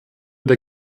der